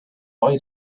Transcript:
boy